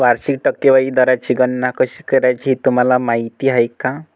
वार्षिक टक्केवारी दराची गणना कशी करायची हे तुम्हाला माहिती आहे का?